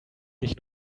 sich